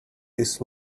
his